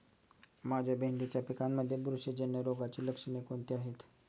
माझ्या भेंडीच्या पिकामध्ये बुरशीजन्य रोगाची लक्षणे कोणती आहेत?